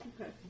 Okay